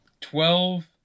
Twelve